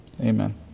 amen